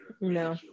no